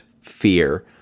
fear